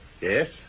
Yes